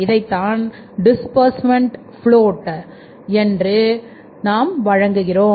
இதைத்தான் disbursement plot plot என்று அழைக்கிறோம்